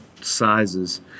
sizes